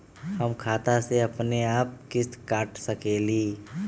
हमर खाता से अपनेआप किस्त काट सकेली?